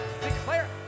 Declare